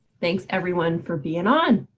thanks, everyone for being on.